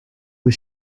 was